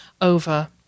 over